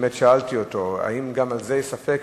כששאלתי אותו אם גם על זה יש ספק,